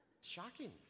Shocking